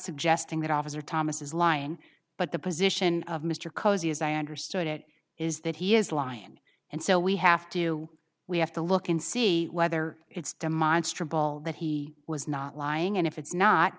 suggesting that officer thomas is lying but the position of mr cosey as i understood it is that he is lying and so we have to you we have to look and see whether it's demonstrable that he was not lying and if